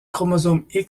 chromosome